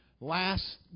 last